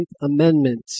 Amendment